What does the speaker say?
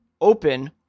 open